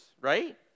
right